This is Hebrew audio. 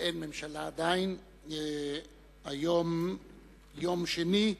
באין ממשלה עדיין, היום יום שני,